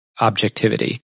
objectivity